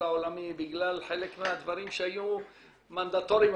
העולמי בגלל חלק מהדברים שהיו מנדטורים,